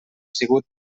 sigut